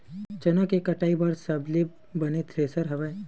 चना के कटाई बर सबले बने थ्रेसर हवय?